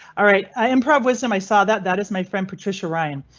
alright, i'm proud wisdom. i saw that that is my friend patricia ryan,